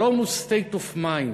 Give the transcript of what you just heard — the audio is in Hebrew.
שלום הוא state of mind.